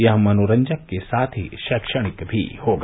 यह मनोरंजक के साथ ही शैक्षणिक भी होगा